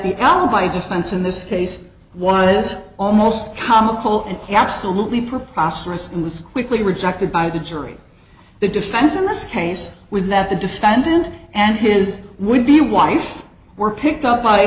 the alibi a defense in this case was almost comical and absolutely preposterous and was quickly rejected by the jury the defense in this case was that the defendant and his would be wife were picked up by